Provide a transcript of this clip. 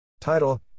Title